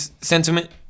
sentiment